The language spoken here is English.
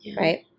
right